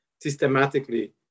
systematically